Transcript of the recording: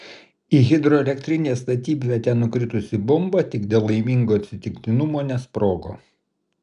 į hidroelektrinės statybvietę nukritusi bomba tik dėl laimingo atsitiktinumo nesprogo